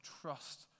trust